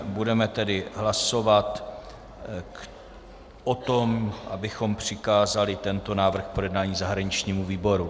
Budeme tedy hlasovat o tom, abychom přikázali tento návrh k projednání zahraničnímu výboru.